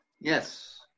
Yes